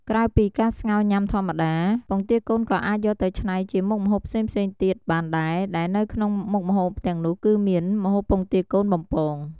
ក្រៅពីការស្ងោរញ៉ាំធម្មតា ពងទាកូនក៏អាចយកទៅច្នៃជាមុខម្ហូបផ្សេងៗទៀតបានដែរ ដែលនៅក្នុងមុខម្ហូបទាំងនោះគឺមាន ម្ហូបពងទាកូនបំពង។